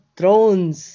Thrones